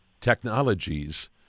technologies